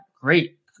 great